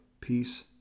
peace